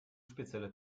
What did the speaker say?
spezielle